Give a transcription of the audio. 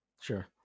Sure